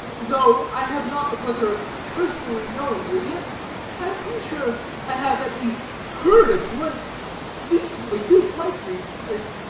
though i have not the pleasure of personally knowing you, yet i am pretty sure i have at least heard of you, and recently too, quite recently.